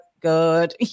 good